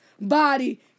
body